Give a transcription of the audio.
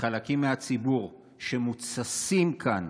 מחלקים מהציבור שמותססים כאן